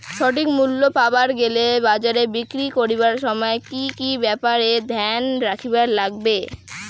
সঠিক মূল্য পাবার গেলে বাজারে বিক্রি করিবার সময় কি কি ব্যাপার এ ধ্যান রাখিবার লাগবে?